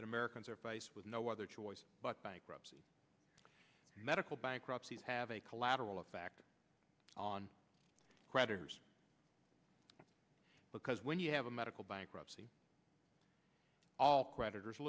that americans are faced with no other choice but bankruptcy and medical bankruptcies have a collateral effect on creditors because when you have a medical bankruptcy all creditors